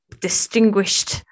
distinguished